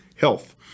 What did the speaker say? Health